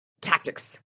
tactics